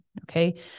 Okay